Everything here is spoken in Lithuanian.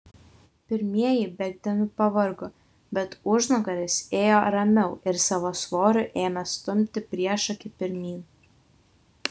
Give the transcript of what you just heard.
pirmieji bėgdami pavargo bet užnugaris ėjo ramiau ir savo svoriu ėmė stumti priešakį pirmyn